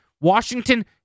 Washington